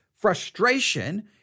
frustration